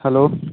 hello